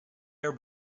air